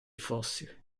fossile